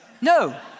no